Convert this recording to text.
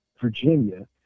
Virginia